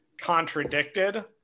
contradicted